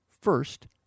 First